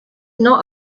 not